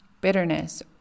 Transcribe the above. bitterness